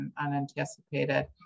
unanticipated